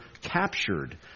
captured